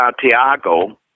Santiago